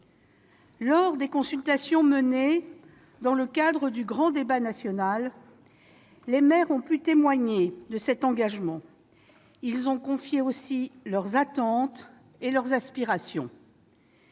Lors des consultations menées dans le cadre du grand débat national, les maires ont pu témoigner de cet engagement. Ils ont également confié leurs attentes et leurs aspirations.